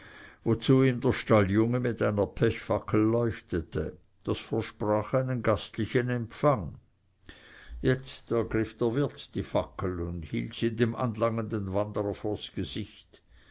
wozu ihm der stalljunge mit einer pechfackel leuchtete das versprach einen gastlichen empfang jetzt ergriff der wirt die fackel und hielt sie dem anlangenden wanderer vors gesicht